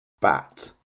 Bat